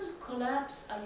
collapse